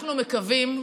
אנחנו מקווים,